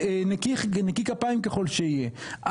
נקי כפיים ככל שיהיה,